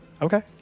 Okay